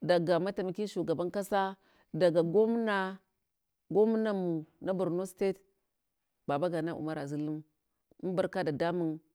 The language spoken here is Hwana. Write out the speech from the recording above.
daga matamakin shugaban kasa, daga gwamna, gwamnamu na borno state, babagana umara zulum an barka dadamun.